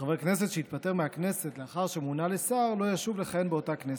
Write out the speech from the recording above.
חבר כנסת שהתפטר מהכנסת לאחר שמונה לשר לא ישוב לכהן באותה כנסת,